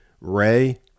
Ray